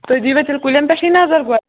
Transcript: تُہۍ دِوا تیٚلہِ کُلیٚن پیٚٹھٕے نَظر گۄڈٕ